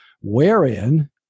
wherein